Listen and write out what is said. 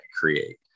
create